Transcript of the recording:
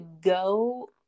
go